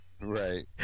right